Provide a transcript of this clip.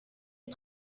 une